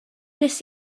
nes